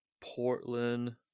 Portland